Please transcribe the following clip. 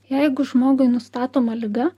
jeigu žmogui nustatoma liga